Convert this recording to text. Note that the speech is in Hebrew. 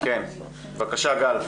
בבקשה גל.